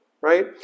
right